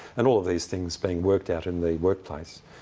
and all of these things being worked out in the workplace,